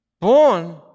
Born